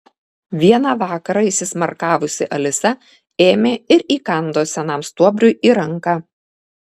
vieną vakarą įsismarkavusi alisa ėmė ir įkando senam stuobriui į ranką